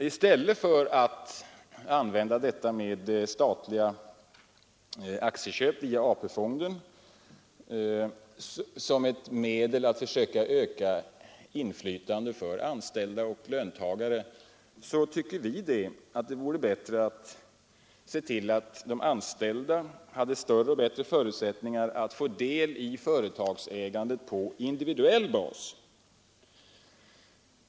I stället för att använda statliga aktieköp via AP-fonden som ett medel att försöka öka inflytandet för anställda och löntagare tycker vi att det vore bättre att se till att de anställda fick större förutsättningar att få del i företagsägandet på individuell bas.